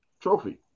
trophy